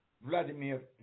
Vladimir